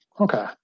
Okay